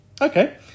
Okay